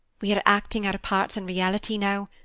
we are acting our parts in reality now.